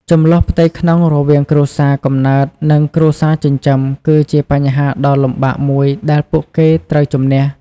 ជម្លោះផ្ទៃក្នុងរវាងគ្រួសារកំណើត និងគ្រួសារចិញ្ចឹម គឺជាបញ្ហាដ៏លំបាកមួយដែលពួកគេត្រូវជម្នះ។